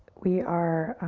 we are